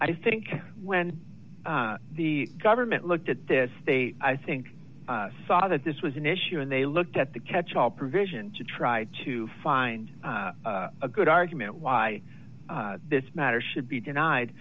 i think when the government looked at this they i think saw that this was an issue and they looked at the catch all provision to try to find a good argument why this matter should be denied